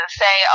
say